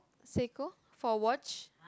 Seiko for watch